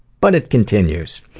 but it continues.